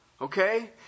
Okay